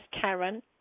karen